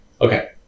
Okay